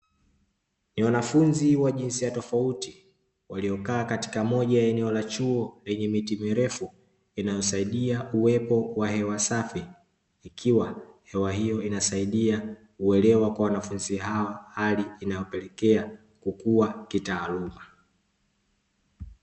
Ni wanafunzi wa jinsi ya tofauti waliokaa katika moja eneo la chuo lenye miti mirefu inayosaidia uwepo wa hewa safi, ikiwa hewa hiyo inasaidia uelewa kwa wanafunzi hao hali inayopelekea kukua kitaaluma.